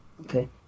Okay